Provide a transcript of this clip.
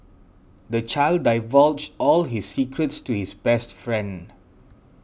the child divulged all his secrets to his best friend